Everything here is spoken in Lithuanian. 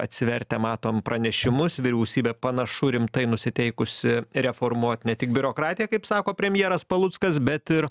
atsivertę matom pranešimus vyriausybė panašu rimtai nusiteikusi reformuot ne tik biurokratiją kaip sako premjeras paluckas bet ir